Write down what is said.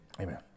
Amen